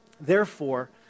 Therefore